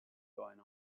going